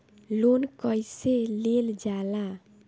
Loan कईसे लेल जाला?